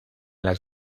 las